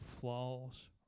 flaws